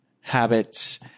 habits